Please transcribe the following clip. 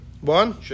One